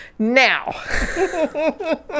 Now